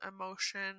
emotion